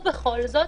ובכל זאת,